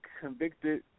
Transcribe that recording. convicted